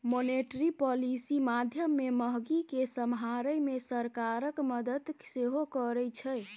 monetary policy माध्यमे महगी केँ समहारै मे सरकारक मदति सेहो करै छै